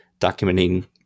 documenting